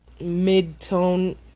mid-tone